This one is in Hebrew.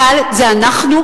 צה"ל זה אנחנו,